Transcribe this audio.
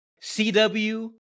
CW